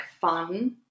fun